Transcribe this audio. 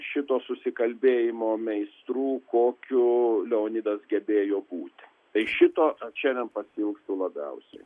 šito susikalbėjimo meistrų kokiu leonidas gebėjo būti tai šito šiandien pasiilgstu labiausiai